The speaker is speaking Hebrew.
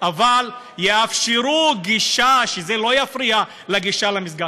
אבל יאפשרו גישה כדי שזה לא יפריע לגישה למסגד.